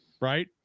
right